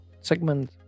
Segment